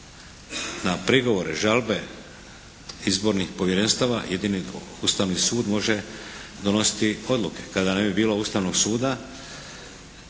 na prigovore, žalbe izbornih povjerenstava jedini Ustavni sud može donositi odluke. Kada ne bi bilo Ustavnog suda